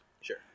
Sure